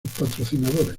patrocinadores